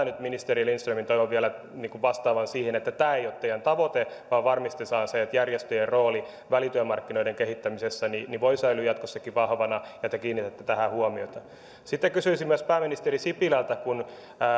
nyt ministeri lindströmin toivon vielä vastaavan siihen että tämä ei ole teidän tavoite vaan varmistetaan se että järjestöjen rooli välityömarkkinoiden kehittämisessä voi säilyä jatkossakin vahvana ja että kiinnitätte tähän huomiota sitten kysyisin myös pääministeri sipilältä kun